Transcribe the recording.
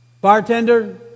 Bartender